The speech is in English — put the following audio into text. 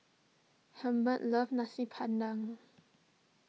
Hilbert loves Nasi Padang